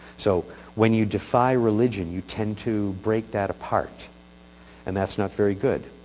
so when you defy religion you tend to break that apart and that's not very good.